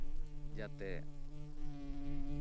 ᱡᱟᱛᱮ